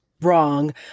wrong